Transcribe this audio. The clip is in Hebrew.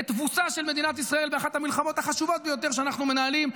לתבוסה של מדינת ישראל באחת המלחמות החשובות ביותר שאנחנו מנהלים,